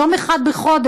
יום אחד בחודש,